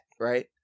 right